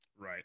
Right